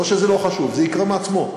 לא שזה לא חשוב, זה יקרה מעצמו.